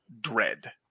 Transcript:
dread